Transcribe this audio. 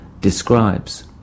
describes